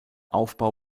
aufbau